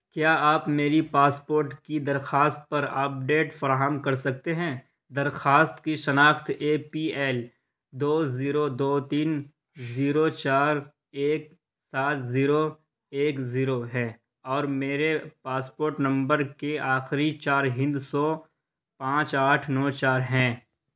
کیا آپ میری پاسپورٹ کی درخواست پر آپڈیٹ فراہم کر سکتے ہیں درخواست کی شناخت اے پی ایل دو زیرو دو تین زیرو چار ایک سات زیرو ایک زیرو ہے اور میرے پاسپورٹ نمبر کے آخری چار ہندسوں پانچ آٹھ نو چار ہیں